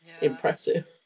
impressive